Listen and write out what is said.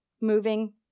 moving